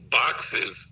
boxes